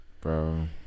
Bro